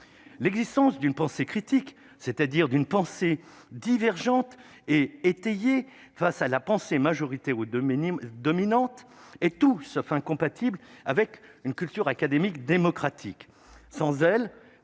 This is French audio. l'existence d'une pensée critique, c'est-à-dire d'une pensée divergente et étayée, face à la pensée majoritaire ou Dominique dominante et tout sauf enfin compatible avec une culture académique démocratique sans elle,